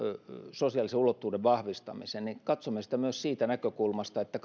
sosiaalisen ulottuvuuden vahvistamisen niin katsomme sitä myös siitä näkökulmasta että